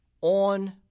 on